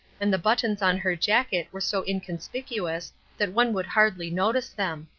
and the buttons on her jacket were so inconspicuous that one would hardly notice them.